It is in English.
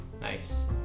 Nice